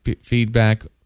feedback